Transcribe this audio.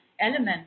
element